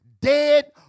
dead